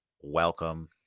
welcome